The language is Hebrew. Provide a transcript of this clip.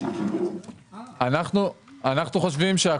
אנחנו חושבים,